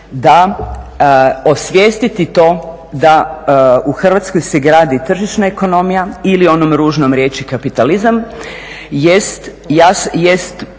da osvijestiti to da u Hrvatskoj se gradi tržišna ekonomija ili onom ružnom riječi kapitalizam jest